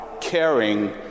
caring